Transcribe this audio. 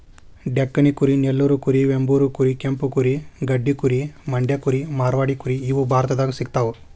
ಡೆಕ್ಕನಿ ಕುರಿ ನೆಲ್ಲೂರು ಕುರಿ ವೆಂಬೂರ್ ಕುರಿ ಕೆಂಪು ಕುರಿ ಗಡ್ಡಿ ಕುರಿ ಮಂಡ್ಯ ಕುರಿ ಮಾರ್ವಾಡಿ ಕುರಿ ಇವು ಭಾರತದಾಗ ಸಿಗ್ತಾವ